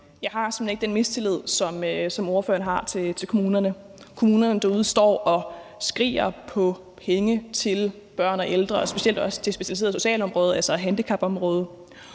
hen ikke den mistillid, som ordføreren har, til kommunerne. Kommunerne derude står og skriger på penge til børn og ældre og især også til det specialiserede socialområde, altså handicapområdet.